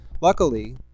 luckily